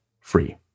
free